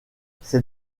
ses